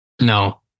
No